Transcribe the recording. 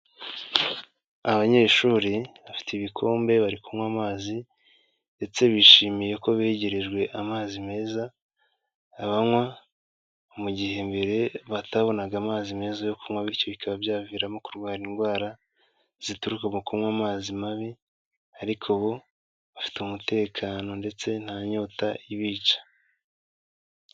Abanyeshuri bafite ibikombe bari kunywa amazi ndetse bishimiye ko begerejwe amazi meza banywa, mu gihe mbere batabonaga amazi meza yo kunywa bityo bikaba byabaviramo kurwara indwara zituruka mu kunywa amazi mabi, ariko ubu bafite umutekano ndetse nta nyota ibica.